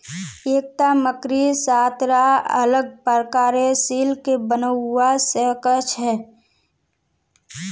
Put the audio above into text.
एकता मकड़ी सात रा अलग प्रकारेर सिल्क बनव्वा स ख छ